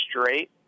straight